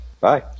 Bye